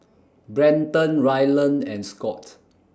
Brenton Ryland and Scot